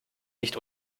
nicht